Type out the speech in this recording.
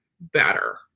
better